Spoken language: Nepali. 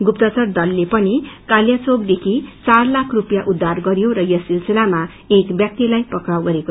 गुप्तचर दलले पनि कालियाचोकदेखि चार लाख रुपियाँ उद्यार गरयो र यस सिलसिलामा एक व्यक्तिलाई पक्राउ गरयो